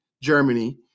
Germany